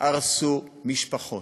הרסו משפחות.